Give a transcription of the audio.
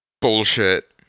bullshit